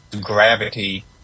gravity